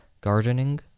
gardening